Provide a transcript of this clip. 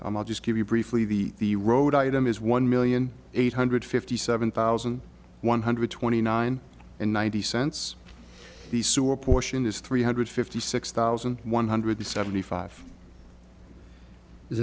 work i'll just give you briefly the the road item is one million eight hundred fifty seven thousand one hundred twenty nine and ninety cents the sewer portion is three hundred fifty six thousand one hundred seventy five is